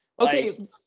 Okay